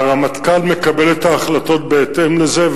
והרמטכ"ל מקבל את ההחלטות בהתאם לזה.